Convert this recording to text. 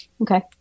Okay